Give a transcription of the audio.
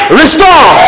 restore